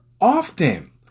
often